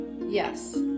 Yes